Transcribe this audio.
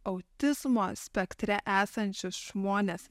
autizmo spektre esančius žmones